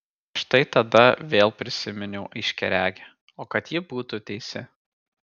štai tada vėl prisiminiau aiškiaregę o kad ji būtų teisi